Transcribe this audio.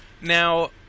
Now